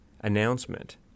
announcement